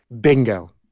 Bingo